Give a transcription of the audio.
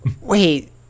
Wait